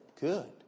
Good